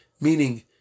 Meaning